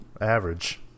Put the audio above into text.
average